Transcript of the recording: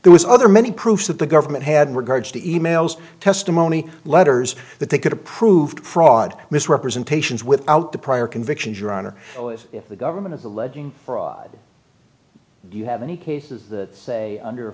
there was other many proofs that the government had regards to e mails testimony letters that they could have proved fraud misrepresentations without the prior convictions your honor if the government of the legend do you have any cases that say under